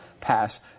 pass